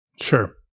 Sure